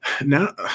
now